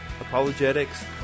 apologetics